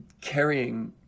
carrying